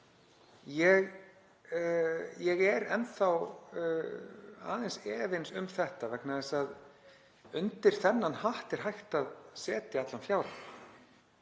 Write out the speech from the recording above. Ég er enn þá aðeins efins um þetta vegna þess að undir þennan hatt er hægt að setja allan fjárann.